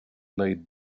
laid